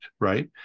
right